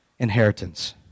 inheritance